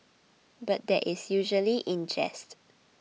but that is usually in jest